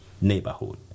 neighborhood